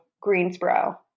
Greensboro